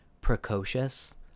precocious